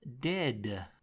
Dead